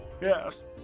Yes